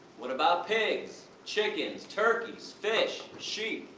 what about pigs, chickens, turkeys, fish, sheep?